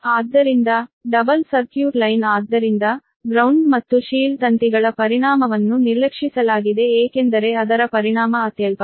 ಆದ್ದರಿಂದ double circuit line ಆದ್ದರಿಂದ ground ಮತ್ತು ಶೀಲ್ಡ್ ತಂತಿಗಳ ಪರಿಣಾಮವನ್ನು ನಿರ್ಲಕ್ಷಿಸಲಾಗಿದೆ ಏಕೆಂದರೆ ಅದರ ಪರಿಣಾಮ ಅತ್ಯಲ್ಪ